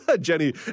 Jenny